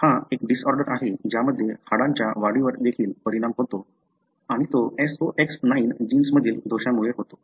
हा एक डिसऑर्डर आहे ज्यामध्ये हाडांच्या वाढीवर देखील परिणाम होतो आणि तो SOX 9 जीन्स मधील दोषामुळे होतो